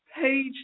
page